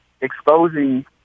exposing